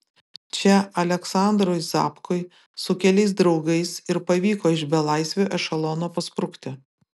čia aleksandrui zapkui su keliais draugais ir pavyko iš belaisvių ešelono pasprukti